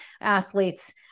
athletes